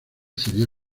sería